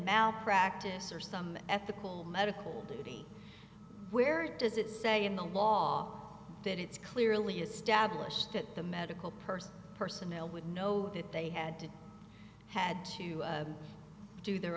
malpractise or some ethical medical duty where does it say in the law that it's clearly established that the medical person personnel would know that they had to had to do their